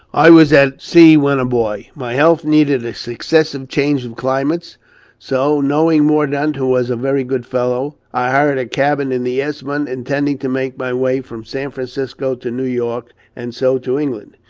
i was at sea when a boy. my health needed a successive change of climates so, knowing mordaunt, who was a very good fellow, i hired a cabin in the esmond intend ing to make my way from san francisco to new york, and so to england.